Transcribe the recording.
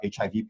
hiv